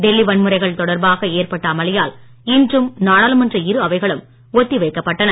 டெல்லி வன்முறைகள் தொடர்பாக ஏற்பட்ட அமளியால் இன்றும் நாடாளுமன்ற இரு அவைகளும் ஒத்தி வைக்கப்பட்டன